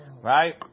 Right